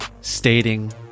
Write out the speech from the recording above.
stating